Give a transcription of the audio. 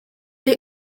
they